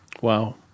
Wow